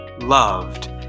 loved